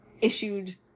issued